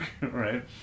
right